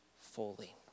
fully